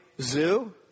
zoo